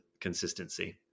consistency